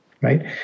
Right